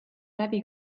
läbi